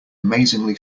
amazingly